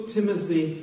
Timothy